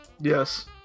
Yes